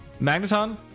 Magneton